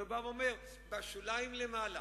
אלא הוא בא ואומר: בשוליים למעלה.